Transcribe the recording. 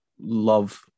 love